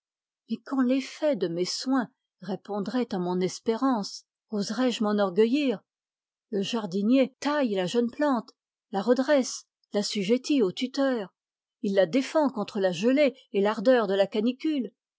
mais quand l'effet de mes soins répondrait à mon espérance oserais-je m'enorgueillir le jardinier taille la jeune plante la redresse l'assujettit au tuteur il la défend contre la gelée et l'ardeur de la canicule